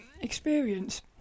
experience